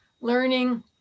learning